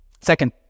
Second